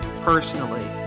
personally